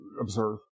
observe